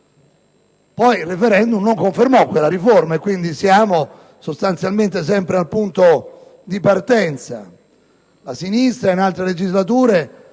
Poi il *referendum* non confermò quella riforma, quindi siamo sostanzialmente sempre al punto di partenza. La sinistra in altre legislature